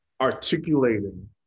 articulating